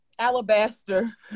alabaster